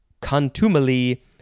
contumely